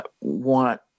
want